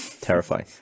Terrifying